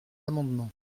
amendements